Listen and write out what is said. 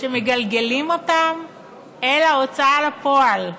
שמגלגלים אותן אל ההוצאה לפועל.